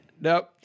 Nope